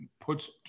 puts